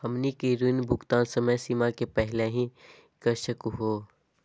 हमनी के ऋण भुगतान समय सीमा के पहलही कर सकू हो?